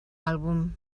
àlbum